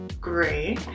Great